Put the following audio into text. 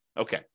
Okay